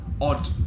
odd